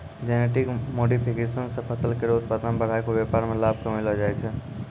genetic modification सें फसल केरो उत्पादन बढ़ाय क व्यापार में लाभ कमैलो जाय छै